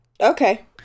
Okay